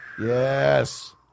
Yes